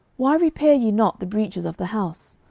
why repair ye not the breaches of the house?